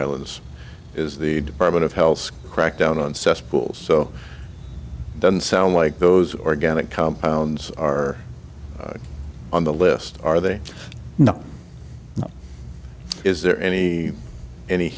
islands is the department of health crackdown on cesspools so it doesn't sound like those organic compounds are on the list are they know is there any any